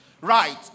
right